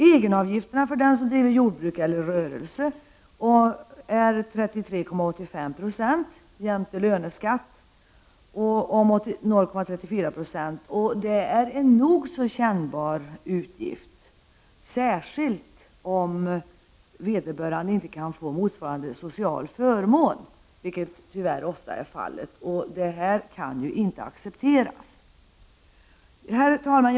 Egenavgifterna för den som driver jordbruk eller rörelse är 33,85 70 jämte löneskatt om 0,34 26, och det är en nog så kännbar utgift, särskilt om vederbörande inte kan få motsvarande sociala förmån, vilket tyvärr ofta är fallet. Det här kan ju inte accepteras. Herr talman!